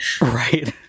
Right